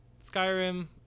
Skyrim